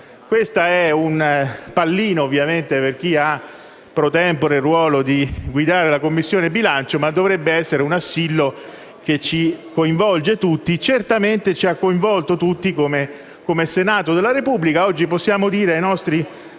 Questo è un pallino per chi ha, *pro tempore*, il ruolo di guidare la Commissione bilancio, ma dovrebbe essere un assillo che ci coinvolge tutti; certamente ci ha coinvolto tutti come Senato della Repubblica. Oggi possiamo dire ai nostri